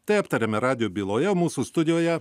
tai aptariame radijo byloje mūsų studijoje